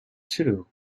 too